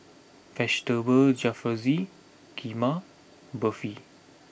Vegetable Jalfrezi Kheema Barfi